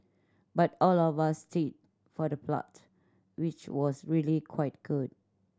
but all of us stayed for the plot which was really quite good